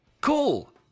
Cool